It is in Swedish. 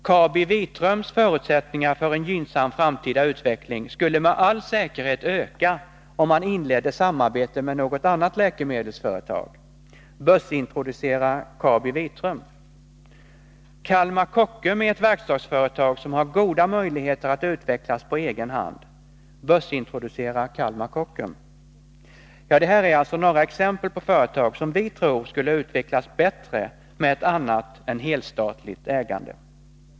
KabiVitrums förutsättningar för en gynnsam framtida utveckling skulle med all säkerhet öka, om man inledde samarbete med något annat läkemedelsföretag: börsintroducera KabiVitrum! Kalmar Kockum är ett verkstadsföretag som har goda möjligheter att utvecklas på egen hand: börsintroducera Kalmar Kockum! Ja, det här är alltså bara några exempel på företag som vi tror skulle utvecklas bättre med ett annat än helstatligt ägande.